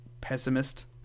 pessimist